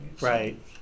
Right